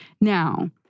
Now